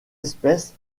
espèce